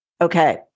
Okay